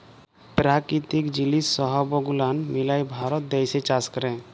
পেরাকিতিক জিলিস সহব গুলান মিলায় ভারত দ্যাশে চাষ ক্যরে